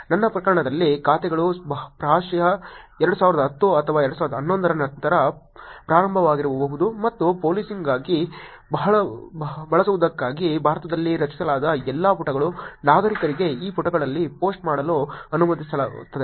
ನಮ್ಮ ಪ್ರಕರಣದಲ್ಲಿ ಖಾತೆಗಳು ಪ್ರಾಯಶಃ 2010 ಅಥವಾ 2011 ರ ನಂತರ ಪ್ರಾರಂಭವಾಗಿರಬಹುದು ಮತ್ತು ಪೋಲೀಸಿಂಗ್ಗಾಗಿ ಬಳಸುವುದಕ್ಕಾಗಿ ಭಾರತದಲ್ಲಿ ರಚಿಸಲಾದ ಎಲ್ಲಾ ಪುಟಗಳು ನಾಗರಿಕರಿಗೆ ಈ ಪುಟಗಳಲ್ಲಿ ಪೋಸ್ಟ್ ಮಾಡಲು ಅನುಮತಿಸುತ್ತದೆ